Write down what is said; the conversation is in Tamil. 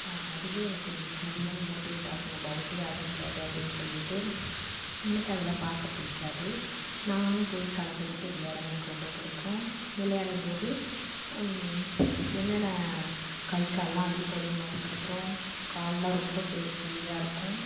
அதிலே எனக்கும் அதிகமாக மோட்டிவேட் ஆகும் நம்ம அவுட்டே ஆகக்கூடாது அப்படின் சொல்லிட்டு எனக்கு அதில் பார்க்க பிடிக்காது நானும் போய் கலந்துக்கிட்டு விளையாடதான் எனக்கு ரொம்ப பிடிக்கும் விளையாடும் போது என்னென்ன கை காலெலாம் அடிப்படும் அதுக்கப்புறம் காலெலாம் ரொம்ப பெ வலியாக இருக்கும்